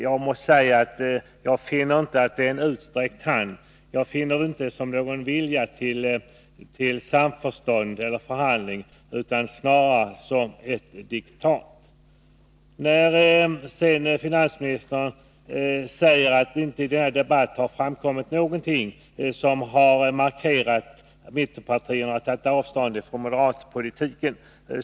Jag kan inte finna att det är en utsträckt hand eller ett uttryck för någon vilja till samförstånd eller förhandling, utan snarare är det ett diktat. Finansministern sade att det i denna debatt inte har framkommit någonting som markerar att mittenpartierna har tagit avstånd från moderatpolitiken.